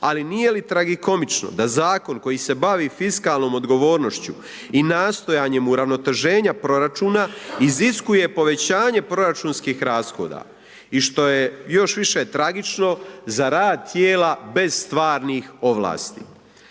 ali nije li tragikomično da zakon koji se bavi fiskalnom odgovornošću i nastojanjem uravnoteženja proračuna iziskuje povećanje proračunskih rashoda? I što je još više tragično za rad tijela bez stvarnih ovlasti.